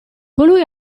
colui